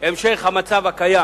המשך המצב הקיים